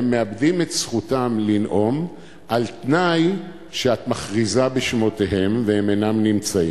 הם מאבדים את זכותם לנאום על-תנאי שאת מכריזה בשמותיהם והם אינם נמצאים.